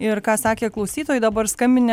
ir ką sakė klausytojai dabar skambinę